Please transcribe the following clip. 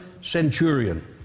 centurion